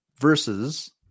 Versus